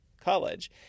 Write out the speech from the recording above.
College